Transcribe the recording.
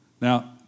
Now